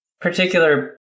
particular